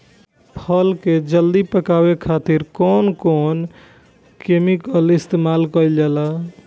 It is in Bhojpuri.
फल के जल्दी पकावे खातिर कौन केमिकल इस्तेमाल कईल जाला?